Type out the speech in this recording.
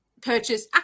purchase